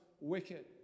wicked